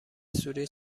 سوری